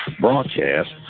Broadcast